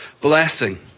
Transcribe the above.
blessing